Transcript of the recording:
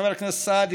חבר הכנסת סעדי,